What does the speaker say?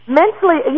mentally